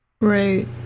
right